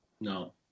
No